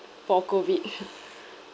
for COVID